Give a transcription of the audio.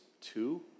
two